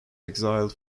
exiled